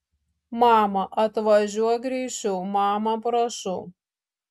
mama atvažiuok greičiau mama prašau